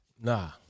Nah